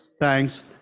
thanks